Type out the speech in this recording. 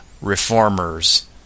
reformers